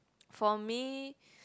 for me